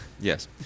yes